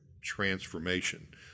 transformation